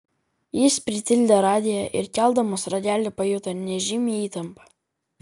jis pritildė radiją ir keldamas ragelį pajuto nežymią įtampą